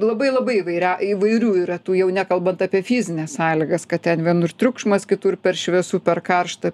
labai labai įvairia įvairių yra tų jau nekalbant apie fizines sąlygas kad ten vienur triukšmas kitur per šviesu per karšta